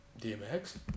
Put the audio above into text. DMX